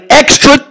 extra